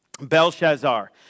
Belshazzar